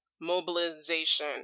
mobilization